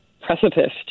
precipice